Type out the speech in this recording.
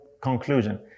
conclusion